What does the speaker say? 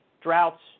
droughts